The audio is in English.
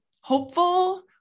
hopeful